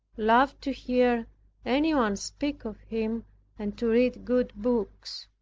loved to hear any one speak of him and to read good books.